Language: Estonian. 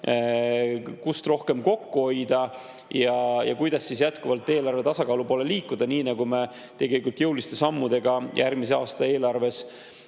kust rohkem kokku hoida ja kuidas jätkuvalt eelarve tasakaalu poole liikuda, nii nagu me tegelikult jõuliste sammudega järgmise aasta eelarves